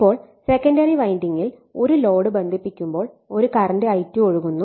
ഇപ്പോൾ സെക്കന്ററി വൈൻഡിംഗിൽ ഒരു ലോഡ് ബന്ധിപ്പിക്കുമ്പോൾ ഒരു കറന്റ് I2 ഒഴുകുന്നു